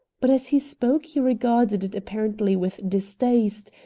but as he spoke he regarded it apparently with distaste,